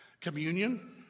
Communion